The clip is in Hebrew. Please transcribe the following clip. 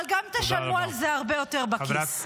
אבל גם תשלמו על זה הרבה יותר בכיס.